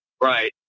Right